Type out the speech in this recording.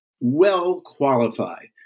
well-qualified